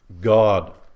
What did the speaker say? God